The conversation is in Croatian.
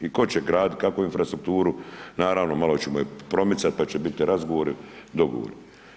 I tko će graditi kakvu infrastrukturu, naravno, malo ćemo je promicati, pa će biti razgovori i dogovori.